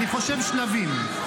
אני חושב ששלבים.